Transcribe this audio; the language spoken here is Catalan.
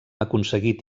aconseguit